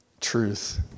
truth